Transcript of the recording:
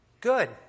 Good